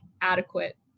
adequate